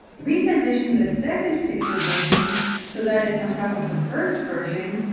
reposition this second picture version so that it's on top of the first version,